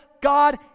God